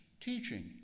teaching